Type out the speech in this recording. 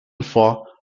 for